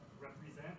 Represent